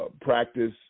practice